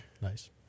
nice